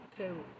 Okay